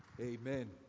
Amen